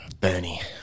Bernie